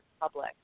public